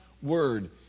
word